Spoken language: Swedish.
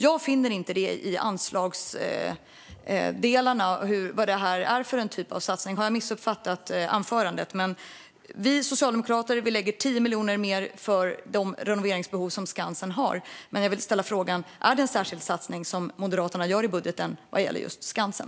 Jag finner inte den bland anslagen. Vad är det för en typ av satsning? Har jag missuppfattat anförandet? Vi socialdemokrater lägger 10 miljoner mer på de renoveringsbehov som Skansen har. Gör Moderaterna någon särskild satsning i budgeten vad gäller just Skansen?